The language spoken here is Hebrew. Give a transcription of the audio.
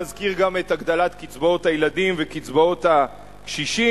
נזכיר גם את הגדלת קצבאות הילדים וקצבאות הקשישים,